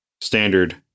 standard